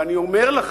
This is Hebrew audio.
ואני אומר לכם: